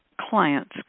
clients